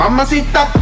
Mamacita